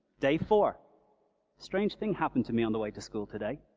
day four strange thing happened to me on the way to school today.